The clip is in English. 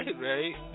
Right